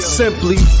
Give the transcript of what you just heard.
simply